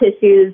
tissues